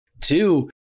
two